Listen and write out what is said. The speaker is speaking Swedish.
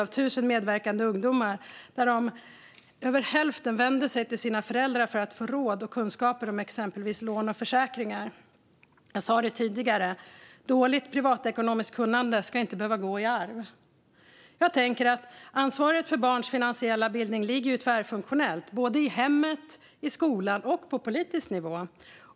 Av 1 000 medverkande ungdomar är det över hälften som vänder sig till sina föräldrar för att få råd och kunskaper om exempelvis lån och försäkringar. Som jag sa tidigare: Dåligt privatekonomiskt kunnande ska inte behöva gå i arv. Jag tänker att ansvaret för barns finansiella bildning ligger tvärfunktionellt på hemmet, på skolan och på politisk nivå.